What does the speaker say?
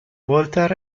walter